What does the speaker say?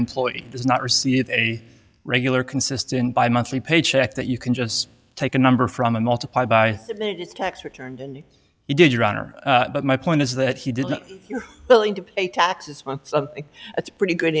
employee does not receive a regular consistent bi monthly paycheck that you can just take a number from and multiply by tax return he did your honor but my point is that he didn't willing to pay taxes that's pretty good